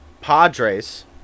Padres